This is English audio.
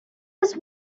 his